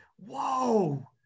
Whoa